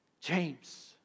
James